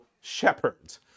shepherds